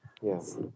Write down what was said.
Yes